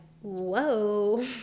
whoa